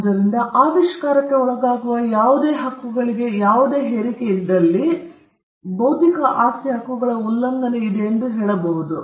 ಆದುದರಿಂದ ಆವಿಷ್ಕಾರಕ್ಕೆ ಒಳಗಾಗುವ ಯಾವುದೇ ಹಕ್ಕುಗಳಿಗೆ ಯಾವುದೇ ಹೇರಿಕೆ ಇದ್ದಲ್ಲಿ ಬೌದ್ಧಿಕ ಆಸ್ತಿ ಹಕ್ಕುಗಳ ಉಲ್ಲಂಘನೆ ಇದೆ ಎಂದು ನಾವು ಹೇಳುತ್ತೇವೆ